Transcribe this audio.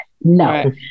No